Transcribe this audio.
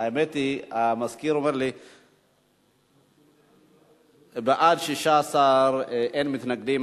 האמת היא, המזכיר אומר לי, בעד, 16, אין מתנגדים.